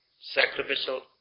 sacrificial